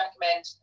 recommend